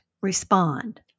respond